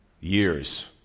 years